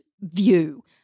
view